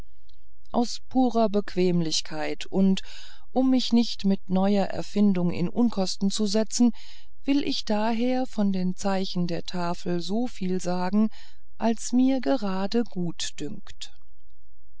aus purer bequemlichkeit und um mich nicht mit neuer erfindung in unkosten zu setzen will ich daher von den zeichen der tafel so viel sagen als mir gerade gut dünkt